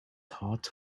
heart